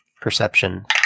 Perception